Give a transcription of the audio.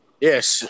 Yes